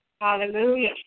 Hallelujah